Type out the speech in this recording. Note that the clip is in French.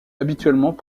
habituellement